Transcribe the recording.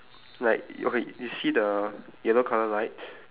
like okay you see the yellow colour light